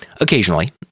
Occasionally